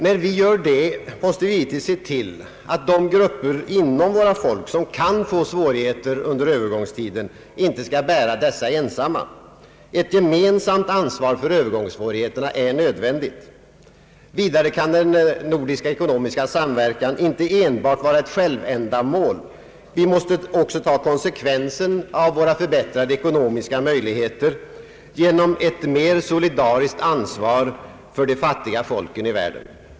När vi gör det, måste vi givetvis se till att de grupper inom våra folk, som kan få svårigheter under övergångstiden, inte skall bära dessa ensamma. Ett gemensamt ansvar för Övergångssvårigheterna är nödvändigt. Vidare kan den nordiska ekonomiska samverkan inte enbart vara ett självändamål. Vi måste också ta konsekvensen av förbättrade ekonomiska möjligheter genom ett mer solidariskt ansvar för de fattiga folken i världen.